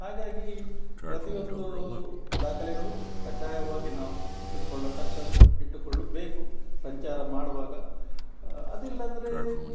ಹಾಗಾಗಿ ಪ್ರತಿಯೊಂದು ದಾಖಲೆಗಳು ಕಡ್ಡಾಯವಾಗಿ ನಾವು ಇಟ್ಟುಕೊಳ್ಳತಕ್ಕದ್ದು ಇಟ್ಟುಕೊಳ್ಳುಬೇಕು ಸಂಚಾರ ಮಾಡುವಾಗ ಅದಿಲ್ಲಾಂದರೆ